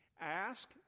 Ask